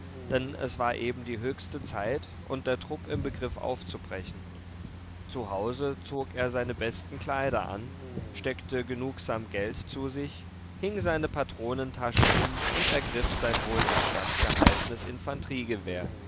denn es war eben die höchste zeit und der trupp im begriff aufzubrechen zu hause zog er seine besten kleider an steckte genugsam geld zu sich hing seine patronentasche um und ergriff sein wohl instand gehaltenes